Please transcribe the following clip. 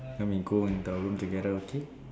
then we go in the room together okay